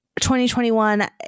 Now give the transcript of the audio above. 2021